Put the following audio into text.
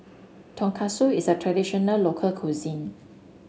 tonkatsu is a traditional local cuisine